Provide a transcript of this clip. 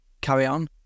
carry-on